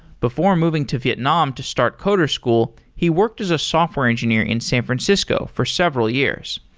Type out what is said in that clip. before moving to vietnam to start coderschool, he worked as a software engineer in san francisco for several years.